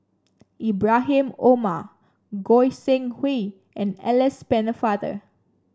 Ibrahim Omar Goi Seng Hui and Alice Pennefather